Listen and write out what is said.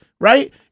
right